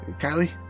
Kylie